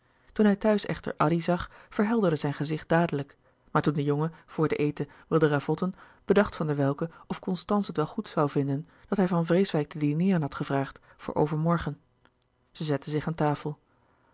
toen hij thuis echter addy zag verhelderde zijn gezicht dadelijk maar toen de jongen voor den eten wilde ravotten bedacht van der welcke of constance het wel goed zoû vinden dat hij van vreeswijck te dineeren had gevraagd voor overmorgen zij zetten zich aan tafel